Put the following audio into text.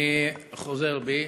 אני חוזר בי,